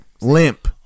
limp